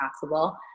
possible